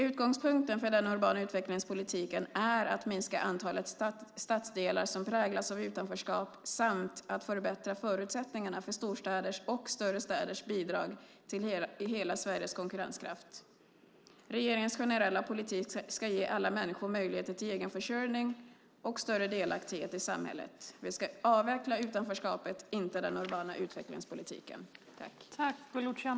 Utgångspunkten för den urbana utvecklingspolitiken är att minska antalet stadsdelar som präglas av utanförskap samt att förbättra förutsättningarna för storstäders och större städers bidrag till hela Sveriges konkurrenskraft. Regeringens generella politik ska ge alla människor möjligheter till egenförsörjning och större delaktighet i samhället. Vi ska avveckla utanförskapet, inte den urbana utvecklingspolitiken.